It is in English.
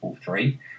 three